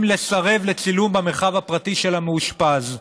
לסרב לצילום במרחב הפרטי של המאושפז.